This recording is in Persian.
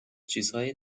چیزهای